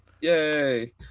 Yay